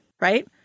right